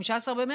15 במרץ.